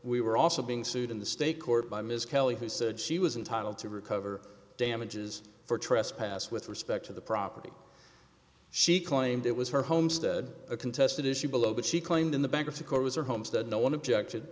we were also being sued in the state court by ms kelly who said she was entitled to recover damages for trespass with respect to the property she claimed it was her homestead a contested issue below but she claimed in the bankruptcy court was her homestead no one objected